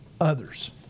others